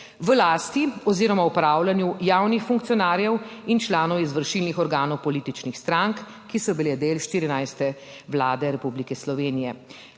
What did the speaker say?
v lasti oziroma upravljanju javnih funkcionarjev in članov izvršilnih organov političnih strank, ki so bile del 14. Vlade Republike Slovenije.